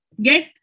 get